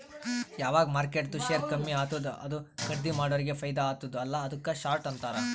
ಯಾವಗ್ ಮಾರ್ಕೆಟ್ದು ಶೇರ್ ಕಮ್ಮಿ ಆತ್ತುದ ಅದು ಖರ್ದೀ ಮಾಡೋರಿಗೆ ಫೈದಾ ಆತ್ತುದ ಅಲ್ಲಾ ಅದುಕ್ಕ ಶಾರ್ಟ್ ಅಂತಾರ್